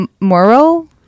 moral